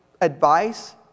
advice